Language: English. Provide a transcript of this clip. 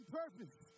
purpose